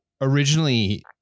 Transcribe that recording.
originally